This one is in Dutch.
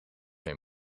een